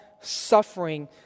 suffering